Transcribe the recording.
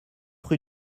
rue